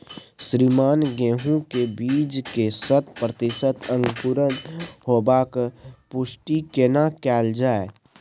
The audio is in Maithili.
श्रीमान गेहूं के बीज के शत प्रतिसत अंकुरण होबाक पुष्टि केना कैल जाय?